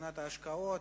מבחינת ההשקעות,